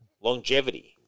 Longevity